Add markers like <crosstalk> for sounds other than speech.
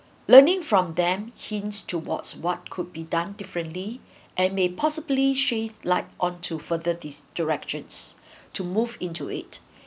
learning from them hints towards what could be done differently and may possibly shave light onto further these directions <breath> to move into it